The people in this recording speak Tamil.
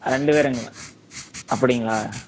ரெண்டு பேருங்களா அப்படிங்களா